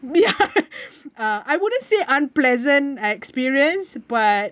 uh I wouldn't say unpleasant experience but